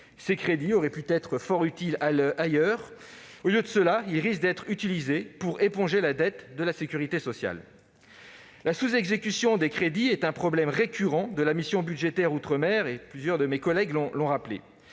Alors qu'ils auraient pu être fort utiles ailleurs, ces crédits risquent d'être utilisés pour éponger la dette de la sécurité sociale. La sous-exécution des crédits est un problème récurrent de la mission budgétaire « Outre-mer », comme plusieurs de mes collègues l'ont rappelé.